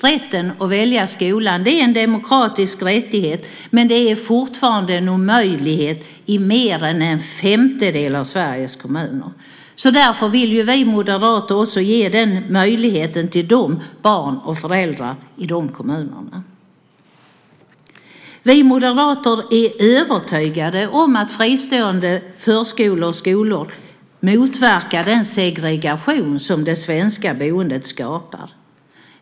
Rätten att välja skola är en demokratisk rättighet, men den är fortfarande en omöjlighet i mer än en femtedel av Sveriges kommuner. Därför vill vi moderater också ge denna möjlighet till barn och föräldrar i de kommunerna. Vi moderater är övertygade om att fristående förskolor och skolor motverkar den segregation som det svenska boendet skapar.